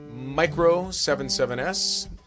Micro77S